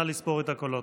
נא לספור את הקולות.